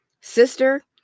sister